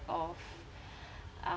of uh